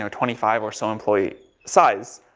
um twenty five or so employee size,